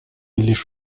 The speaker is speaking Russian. лишь